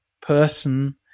person